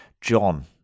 John